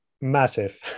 massive